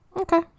Okay